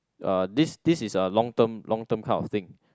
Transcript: uh this this is a long term long term kind of thing